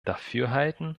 dafürhalten